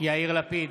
יאיר לפיד,